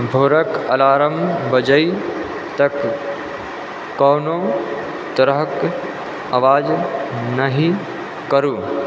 भोरके अलार्म बजै तक कोनो तरहके आवाज नहि करू